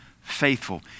faithful